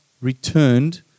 returned